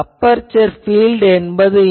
aperture field என்பது என்ன